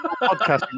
podcast